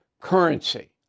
currency